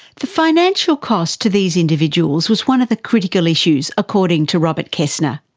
the financial cost to these individuals was one of the critical issues, according to robert kaestner,